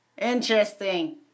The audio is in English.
Interesting